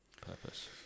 purpose